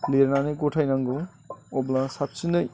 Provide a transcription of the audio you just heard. लिरनानै गथाइनांगौ अब्ला साबसिनै